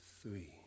three